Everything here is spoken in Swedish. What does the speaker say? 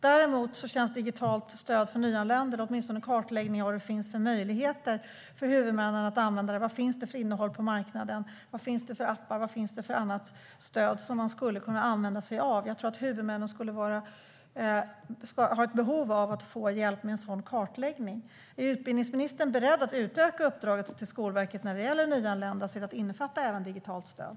Däremot känns digitalt stöd för nyanlända, eller åtminstone kartläggning av vad det finns för möjligheter för huvudmännen att använda dem - vad finns det för innehåll på marknaden, vad finns det för appar och annat stöd som man skulle kunna använda - som en fråga där huvudmännen skulle ha behov av hjälp. Är utbildningsministern beredd att utöka uppdraget till Skolverket när det gäller nyanlända till att även omfatta digitalt stöd?